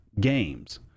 games